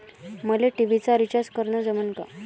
मले टी.व्ही चा रिचार्ज करन जमन का?